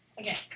Okay